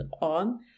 on